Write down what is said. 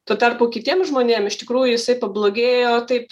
tuo tarpu kitiem žmonėm iš tikrųjų jisai pablogėjo taip